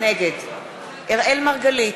נגד אראל מרגלית,